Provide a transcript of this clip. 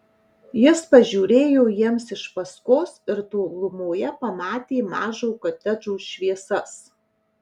jis pažiūrėjo jiems iš paskos ir tolumoje pamatė mažo kotedžo šviesas